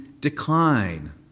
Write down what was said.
decline